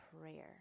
prayer